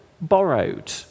borrowed